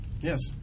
Yes